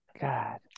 God